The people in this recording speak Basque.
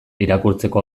irakurtzeko